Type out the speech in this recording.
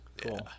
cool